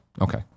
Okay